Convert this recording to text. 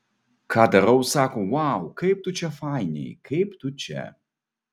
ką darau sako vau kaip tu čia fainiai kaip tu čia